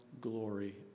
glory